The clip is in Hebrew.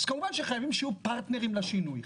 אז כמובן שחייבים שיהיו פרטנרים לשינוי.